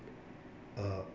uh